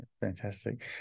Fantastic